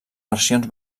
versions